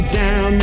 down